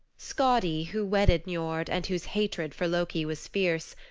skadi, who wedded niord and whose hatred for loki was fierce,